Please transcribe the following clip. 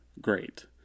great